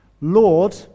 Lord